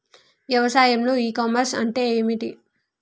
వ్యవసాయంలో e commerce అంటే ఏమిటి?